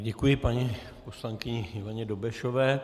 Děkuji paní poslankyni Ivaně Dobešové.